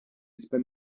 spent